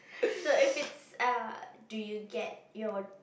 so if it's a do you get your